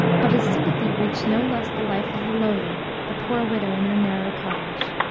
but his sympathy reached no less the life of the lowly, the poor widow in her narrow cottage,